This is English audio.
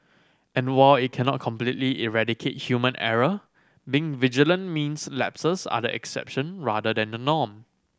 and while it cannot completely eradicate human error being vigilant means lapses are the exception rather than the norm